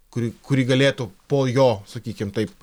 kurį kurį galėtų po jo sakykim taip